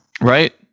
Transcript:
Right